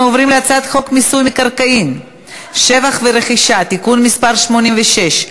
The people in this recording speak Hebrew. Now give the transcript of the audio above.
אנחנו עוברים להצעת חוק מיסוי מקרקעין (שבח ורכישה) (תיקון מס' 86),